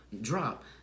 drop